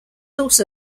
also